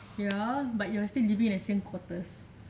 ya but you are still living in the same quarters